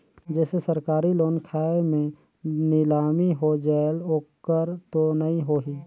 जैसे सरकारी लोन खाय मे नीलामी हो जायेल ओकर तो नइ होही?